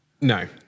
no